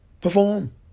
perform